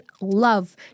love